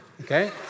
Okay